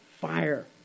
fire